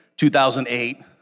2008